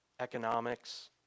economics